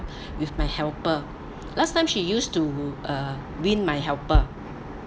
with my helper last time she used to uh win my helper